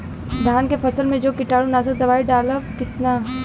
धान के फसल मे जो कीटानु नाशक दवाई डालब कितना?